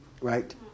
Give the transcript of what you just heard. right